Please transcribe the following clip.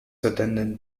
attended